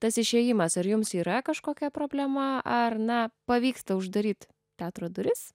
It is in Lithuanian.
tas išėjimas ar jums yra kažkokia problema ar na pavyksta uždaryt teatro duris